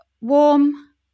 warm